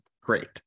great